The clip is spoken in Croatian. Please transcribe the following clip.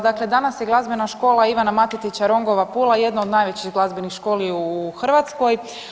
Dakle, danas je Glazbena škola Ivana Matetića Ronjgova Pula jedna od najvećih glazbenih škola u Hrvatskoj.